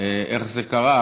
איך זה קרה,